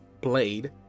blade